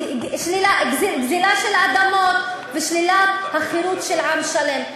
גזל של אדמות ושלילת החירות של עם שלם.